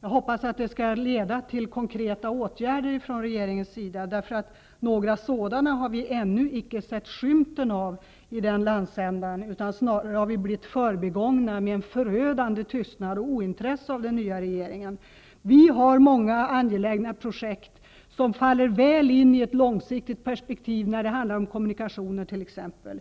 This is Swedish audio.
Jag hoppas att det skall leda till konkreta åtgärder från regeringens sida, därför att några sådana har vi ännu icke sett skymten av i den landsändan. Snarare har vi blivit förbigångna med en förödande tystnad och ett ointresse av den nya regeringen. Vi har många angelägna projekt som faller väl in i ett långsiktigt perspektiv, när det handlar om t.ex. kommunikationer.